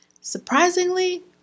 Surprisingly